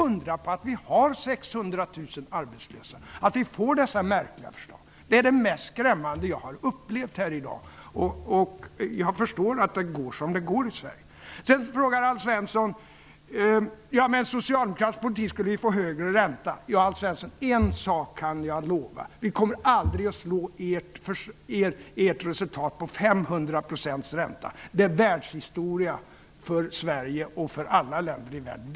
Undra på att vi har 600 000 arbetslösa och att vi får dessa märkliga förslag. Det är det mest skrämmande jag har upplevt här i dag. Jag förstår att det går som det går i Sverige. Alf Svensson säger att med en socialdemokratisk politik skulle räntan bli högre. En sak, Alf Svensson, kan jag lova: Vi kommer aldrig att slå ert resultat med 500 % ränta. Det är världshistoria för Sverige och för alla länder i världen.